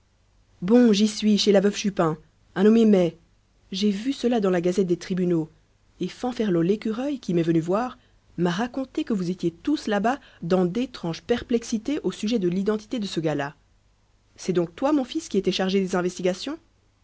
bon j'y suis chez la veuve chupin un nommé mai j'ai vu cela dans la gazette des tribunaux et fanferlot lecureuil qui m'est venu voir m'a raconté que vous étiez tous là-bas dans d'étranges perplexités au sujet de l'identité de ce gars-là c'est donc toi mon fils qui étais chargé des investigations